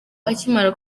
akimara